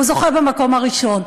הוא זוכה במקום הראשון.